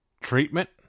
treatment